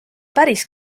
päris